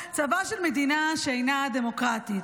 צבא של מדינה שאינה דמוקרטית".